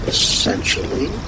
Essentially